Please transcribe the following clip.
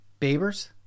Babers